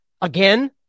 Again